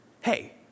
hey